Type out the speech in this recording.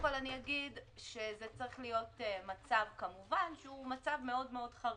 זה צריך להיות מצב מאוד מאוד חריג,